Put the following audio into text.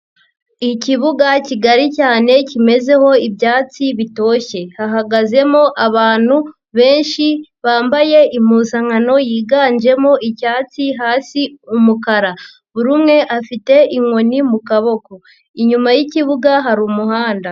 Ikibuga kigari cyane kimezeho ibyatsi bitoshye, hahagazemo abantu benshi bambaye impuzankano yiganjemo icyatsi hasi umukara, buri umwe afite inkoni mu kaboko, inyuma y'ikibuga hari umuhanda.